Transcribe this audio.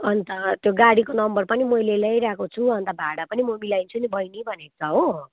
अन्त त्यो गाडीको नम्बर पनि मैले ल्याइरहेको छु अन्त भाडा पनि म मिलाइदिन्छु नि बहिनी भनेको छ हो